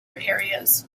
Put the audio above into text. areas